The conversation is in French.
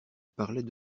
parlait